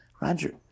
Roger